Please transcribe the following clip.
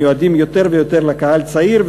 שמיועדים יותר ויותר לקהל צעיר,